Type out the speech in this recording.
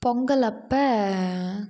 பொங்கல் அப்போ